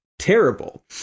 terrible